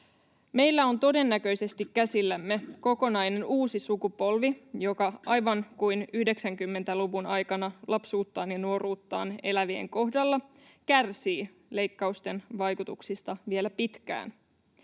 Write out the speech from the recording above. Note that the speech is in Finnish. Meillä on todennäköisesti käsillämme kokonainen uusi sukupolvi, joka, aivan kuin 90-luvun aikana lapsuuttaan ja nuoruuttaan elävien kohdalla, kärsii leikkausten vaikutuksista vielä pitkään.